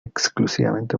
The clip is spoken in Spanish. exclusivamente